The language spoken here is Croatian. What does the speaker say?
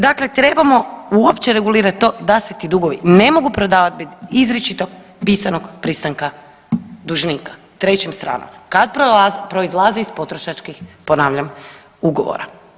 Dakle, trebamo uopće regulirat to da se ti dugovi ne mogu prodavati bez izričito pisanog pristanka dužnika trećim stranama, kad proizlaze iz potrošačkih ponavljam ugovora.